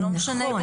נכון.